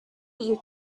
hey